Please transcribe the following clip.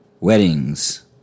Weddings